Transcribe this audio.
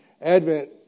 Advent